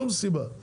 בבקשה.